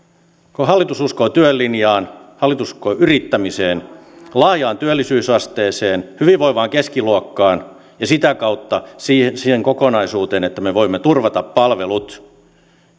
kun hallitus uskoo työlinjaan hallitus uskoo yrittämiseen laajaan työllisyysasteeseen hyvinvoivaan keskiluokkaan ja sitä kautta siihen siihen kokonaisuuteen niin me voimme turvata palvelut